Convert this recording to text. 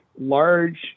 large